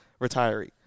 retiree